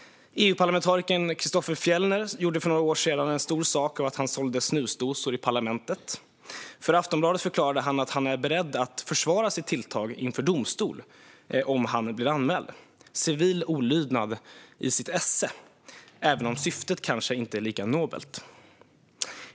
EU-parlamentarikern Christofer Fjellner gjorde för några år sedan en stor sak av att han sålde snusdosor i Europaparlamentet. För Aftonbladet förklarade han att han var beredd att försvara sitt tilltag inför domstol om han blev anmäld. Det är civil olydnad i sitt esse, även om syftet kanske inte är lika nobelt.